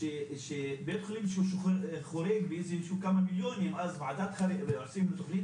שבית חולים שהוא שחרר חולים באיזה --- ועושים תוכנית